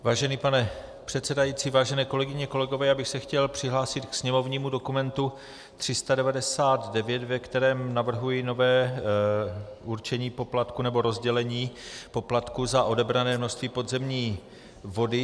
Vážený pane předsedající, vážené kolegyně a kolegové, chtěl bych se přihlásit ke sněmovnímu dokumentu 399, ve kterém navrhuji nové určení poplatku, nebo rozdělení poplatku za odebrané množství podzemní vody.